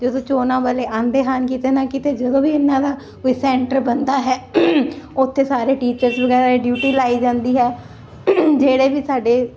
ਤੇ ਜਦੋਂ ਚੋਣਾਂ ਵਾਲੇ ਆਂਦੇ ਹਨ ਕਿਤੇ ਨਾ ਕਿਤੇ ਜਦੋਂ ਵੀ ਇਹਨਾਂ ਦਾ ਕੋਈ ਸੈਂਟਰ ਬਣਦਾ ਹੈ ਉਥੇ ਸਾਰੇ ਟੀਚਰ ਵਗੈਰਾ ਡਿਊਟੀ ਲਾਈ ਜਾਂਦੀ ਹੈ ਜਿਹੜੇ ਵੀ ਸਾਡੇ